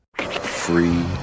Free